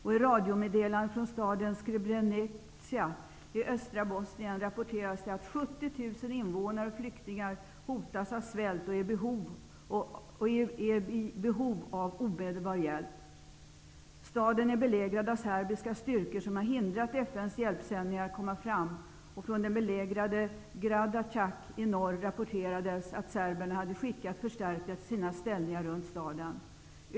I ett radiomeddelande från staden Srebrenica i östra Bosnien rapporteras det att 70 000 invånare och flyktingar hotas av svält och är i behov av omedelbar hjälp. Staden är belägrad av serbiska styrkor som har hindrat FN:s hjälpsändningar att komma fram. Från det belägrade Gradacac i norr rapporterades att serberna hade skickat förstärkningar till sina ställningar runt staden.